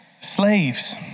slaves